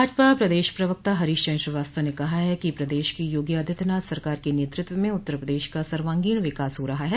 भाजपा प्रदेश प्रवक्ता हरीश चन्द्र श्रीवास्तव ने कहा है कि प्रदेश की योगी आदित्यनाथ सरकार के नेतृत्व में उत्तर प्रदेश का सर्वांगीण विकास हो रहा है